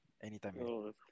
Anytime